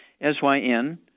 S-Y-N